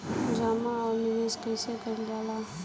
जमा और निवेश कइसे कइल जाला?